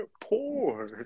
poor